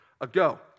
ago